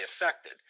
affected